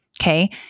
Okay